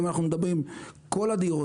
כל הדירות,